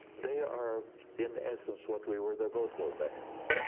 they are in essence what we were, the vaudeville bands.